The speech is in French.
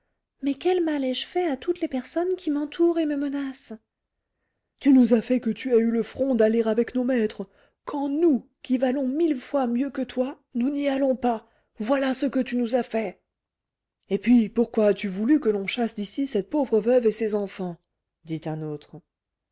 mais quel mal ai-je fait à toutes les personnes qui m'entourent et me menacent tu nous a fait que tu as eu le front d'aller avec nos maîtres quand nous qui valons mille fois mieux que toi nous n'y allons pas voilà ce que tu nous as fait et puis pourquoi as-tu voulu que l'on chasse d'ici cette pauvre veuve et ses enfants dit un autre